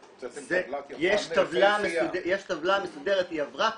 יש טבלה מסודרת, היא עברה.